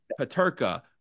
Paterka